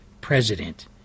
president